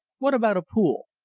what about a pool?